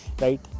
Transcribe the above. right